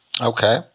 Okay